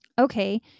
Okay